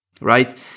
right